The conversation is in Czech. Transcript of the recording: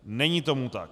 Není tomu tak.